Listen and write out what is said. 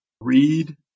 Read